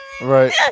Right